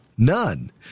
None